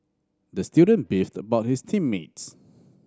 the student beefed about his team mates